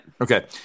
Okay